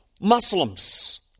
muslims